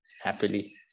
Happily